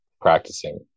practicing